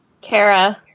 Kara